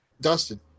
Dustin